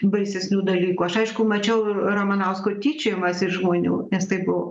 baisesnių dalykų aš aišku mačiau ramanausko tyčiojimąsi iš žmonių nes tai buvo